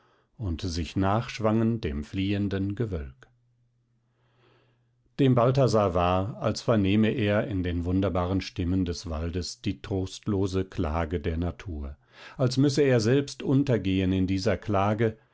und sich nachschwangen dem fliehenden gewölk dem balthasar war als vernehme er in den wunderbaren stimmen des waldes die trostlose klage der natur als müsse er selbst untergehen in dieser klage